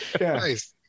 nice